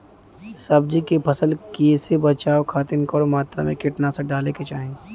सब्जी के फसल के कियेसे बचाव खातिन कवन मात्रा में कीटनाशक डाले के चाही?